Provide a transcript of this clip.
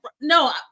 No